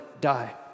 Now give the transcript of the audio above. die